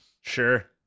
Sure